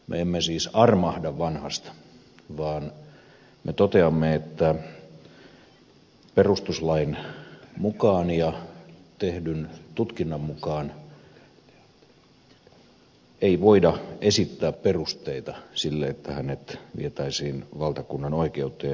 me emme siis armahda vanhasta vaan me toteamme että perustuslain mukaan ja tehdyn tutkinnan mukaan ei voida esittää perusteita sille että hänet vietäisiin valtakunnanoikeuteen